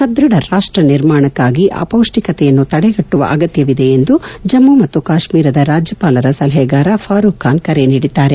ಸಧ್ವಧ ರಾಷ್ಟ್ ನಿರ್ಮಾಣಕ್ನಾಗಿ ಅಪೌಷ್ಟಿಕತೆಯನ್ನು ತಡೆಗಟ್ಟುವ ಅಗತ್ಯವಿದೆ ಎಂದು ಜಮ್ಮು ಮತ್ತು ಕಾಶ್ಟೀರದ ರಾಜ್ಯಪಾಲರ ಸಲಹೆಗಾರ ಫಾರುಕ್ ಖಾನ್ ಕರೆ ನೀಡಿದ್ದಾರೆ